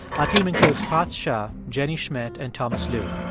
our team includes parth shah, jenny schmidt and thomas lu.